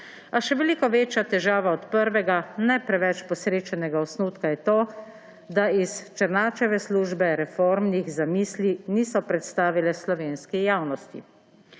A še veliko večja težava od prvega, ne preveč posrečenega osnutka je to, da iz Černačeve službe reformnih zamisli niso predstavili slovenski javnosti.